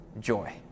joy